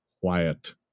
quiet